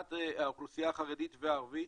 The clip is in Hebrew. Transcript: מבחינת האוכלוסייה החרדית והערבית,